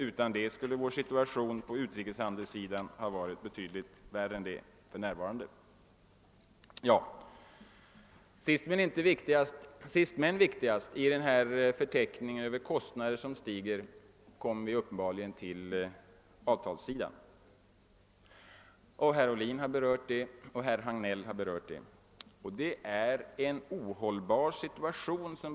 Utan den skulle vår situation ha varit betydligt värre än vad den för närvarande är. Sist men viktigast i denna förteckning över kostnadshöjande faktorer kommer resultatet av avtalsförhandlingarna, som berörts av herr Ohlin och av herr Hagnell.